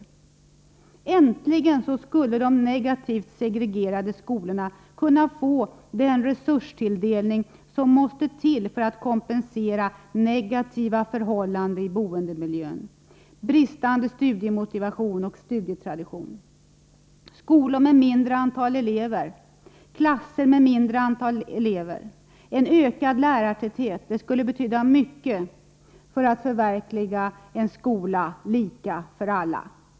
Äntligen skulle de negativt segregerade skolorna kunna få den resurstilldelning som måste till för att kompensera negativa förhållanden i boendemiljön, bristande studiemotivation och studietradition. Skolor med mindre antal elever, klasser med mindre antal elever och en ökad lärartäthet skulle betyda mycket för att förverkliga en skola lika för alla.